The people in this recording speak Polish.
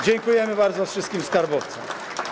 Dziękujemy bardzo wszystkim skarbowcom.